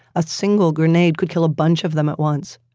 a single grenade could kill a bunch of them at once,